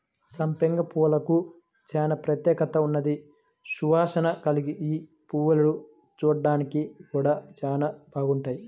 సంపెంగ పూలకు చానా ప్రత్యేకత ఉన్నది, సువాసన కల్గిన యీ పువ్వులు చూడ్డానికి గూడా చానా బాగుంటాయి